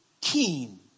keen